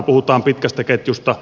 puhutaan pitkästä ketjusta